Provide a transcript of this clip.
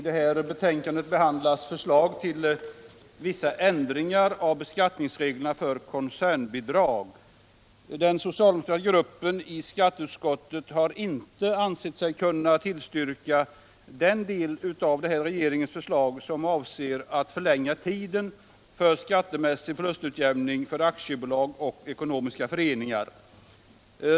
Den socialdemokratiska gruppen i skatteutskottet har inte ansett sig kunna tillstyrka den del av regeringens förslag där man avser att förlänga tiden för skattemässig förlustutjämning för aktiebolag och ekonomiska föreningar.